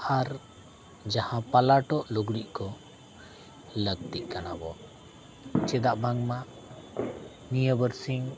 ᱟᱨ ᱡᱟᱦᱟᱸ ᱯᱟᱞᱟᱴᱚᱜ ᱞᱩᱜᱽᱲᱤᱡ ᱠᱚ ᱞᱟᱹᱠᱛᱤᱜ ᱠᱟᱱᱟ ᱵᱚ ᱪᱮᱫᱟᱜ ᱵᱟᱝᱢᱟ ᱱᱤᱭᱟᱹ ᱵᱟᱨᱥᱤᱧ